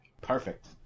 Perfect